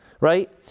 right